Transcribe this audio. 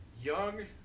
young